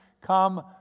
come